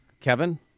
Kevin